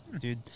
Dude